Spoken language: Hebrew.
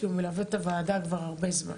כי הוא מלווה את הוועדה כבר הרבה זמן,